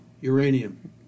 Uranium